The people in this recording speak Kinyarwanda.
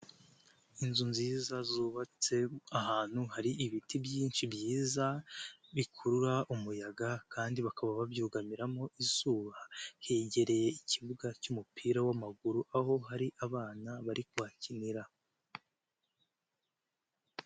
inzu nziza zubatse ahantu hari ibiti byinshi byiza bikurura umuyaga kandi bakaba babyugamiramo izuba, hegereye ikibuga cy'umupira w'amaguru aho hari abana bari kuhakinira.